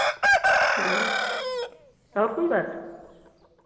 और कोई बात